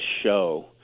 show